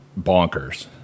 bonkers